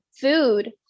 food